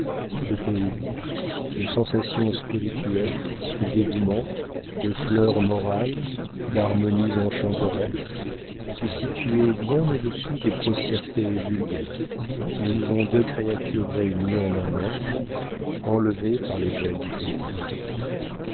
de poésies de sensations spirituelles de dévouements de fleurs morales d'harmonies enchanteresses et situé bien au-dessus des grossièretés vulgaires mais où vont deux créatures réunies en un ange enlevées par les ailes du plaisir